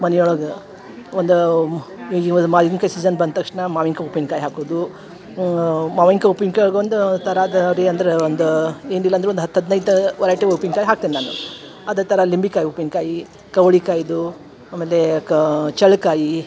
ಮನೆ ಒಳಗೆ ಒಂದು ಈ ಒಂದು ಮಾವಿನ್ಕಾಯಿ ಸೀಝನ್ ಬಂದ ತಕ್ಷಣ ಮಾವಿನ್ಕಾಯಿ ಉಪ್ಪಿನ್ಕಾಯಿ ಹಾಕೋದು ಮಾವಿನ್ಕಾಯಿ ಉಪ್ಪಿನ್ಕಾಯಿ ಒಂದು ಥರದ ರೀ ಅಂದ್ರೆ ಒಂದು ಏನಿಲ್ಲ ಅಂದರೂ ಒಂದು ಹತ್ತು ಹದಿನೈದು ವೆರೈಟಿ ಉಪ್ಪಿನಕಾಯಿ ಹಾಕ್ತೇನೆ ನಾನು ಅದೇ ಥರ ಲಿಂಬೆಕಾಯಿ ಉಪ್ಪಿನಕಾಯಿ ಕವಳಿ ಕಾಯಿದ್ದು ಆಮೇಲೆ ಕಾ ಚೌಳಿ ಕಾಯಿ